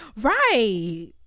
Right